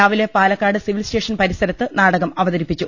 രാവിലെ Palakkad civil station പരിസരത്ത് നാടകം അവത്രിപ്പിച്ചു